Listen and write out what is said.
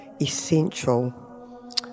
essential